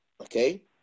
okay